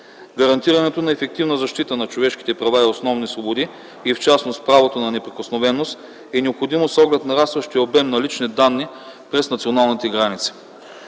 Гарантирането на ефективна защита на човешките права и основните свободи, и в частност правото на неприкосновеност, е необходимо с оглед нарастващия обем на лични данни през националните граници.